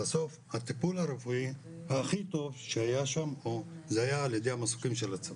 בסוף הטיפול הרפואי הכי טוב שהיה שם זה היה על ידי המסוקים של הצבא,